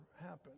happen